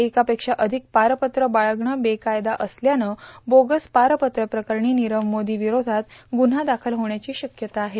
एकापेक्षा अधिक पारपत्र बाळ्याणं बेकायदा असल्यानं बोगस पारपत्रप्रकरणी नीरव मोदी विरोधात ग्रुन्हा दाखल होण्याची शक्यता आहे